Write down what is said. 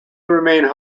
remained